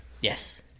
Yes